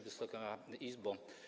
Wysoka Izbo!